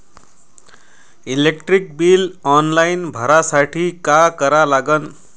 Electric bill online भरासाठी का करा लागन?